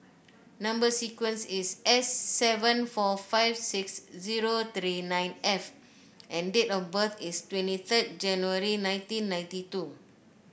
number sequence is S seven four five six zero three nine F and date of birth is twenty third January nineteen ninety two